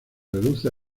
reduce